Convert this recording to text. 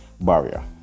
barrier